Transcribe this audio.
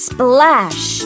Splash